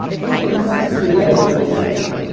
this brings us to the end of this segment.